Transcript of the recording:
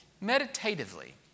Meditatively